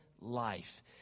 life